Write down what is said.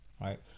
right